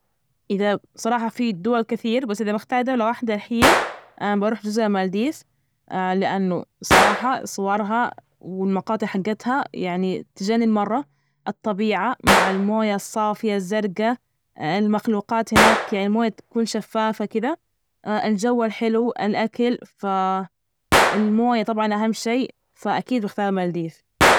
إذا صراحة في دول كثير، بس إذا بختار دولة واحدة الحين، بروح جزر المالديف، لأنه صراحة صورها والمقاطع حجتها يعني تجنن مرة، الطبيعة مع الموية الصافية الزرجا، المخلوقات هناك يعني الموية تكون شفافة كده، الجو الحلو، الأكل ف المويه طبعا أهم شي، فأكيد بختار المالديف.